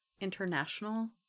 international